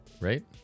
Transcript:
Right